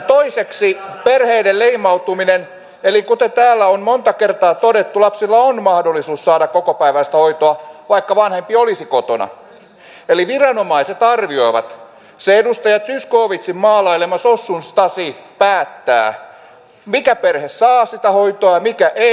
toiseksi on perheiden leimautuminen eli kuten täällä on monta kertaa todettu lapsilla on mahdollisuus saada kokopäiväistä hoitoa vaikka vanhempi olisi kotona eli viranomaiset arvioivat se edustaja zyskowiczin maalailema sossun stasi päättää mikä perhe saa sitä hoitoa ja mikä ei